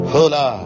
Hola